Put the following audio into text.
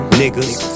niggas